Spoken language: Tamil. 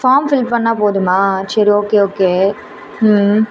ஃபார்ம் ஃபில் பண்ணால் போதுமா சரி ஓகே ஓகே ம்